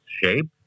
shape